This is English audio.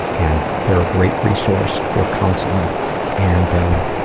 and they're a great resource for counseling and um,